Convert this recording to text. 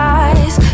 eyes